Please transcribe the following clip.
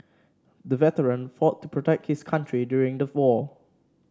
the veteran fought to protect his country during the war